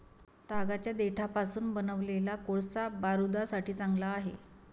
तागाच्या देठापासून बनवलेला कोळसा बारूदासाठी चांगला आहे